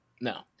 No